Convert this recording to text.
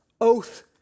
oath